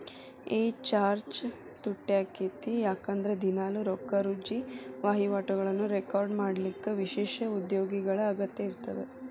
A chart ತುಟ್ಯಾಕ್ಕೇತಿ ಯಾಕಂದ್ರ ದಿನಾಲೂ ರೊಕ್ಕಾರುಜಿ ವಹಿವಾಟುಗಳನ್ನ ರೆಕಾರ್ಡ್ ಮಾಡಲಿಕ್ಕ ವಿಶೇಷ ಉದ್ಯೋಗಿಗಳ ಅಗತ್ಯ ಇರ್ತದ